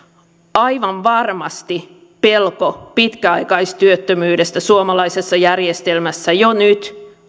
aivan varmasti pelko pitkäaikaistyöttömyydestä suomalaisessa järjestelmässä jo nyt